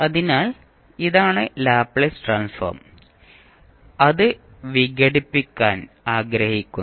അതിനാൽ ഇതാണ് Laplace transform അത് വിഘടിപ്പിക്കാൻ ആഗ്രഹിക്കുന്നു